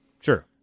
Sure